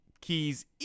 keys